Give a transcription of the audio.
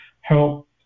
help